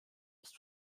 ist